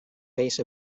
base